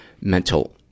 mental